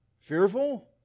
fearful